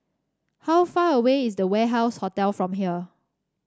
how far away is The Warehouse Hotel from here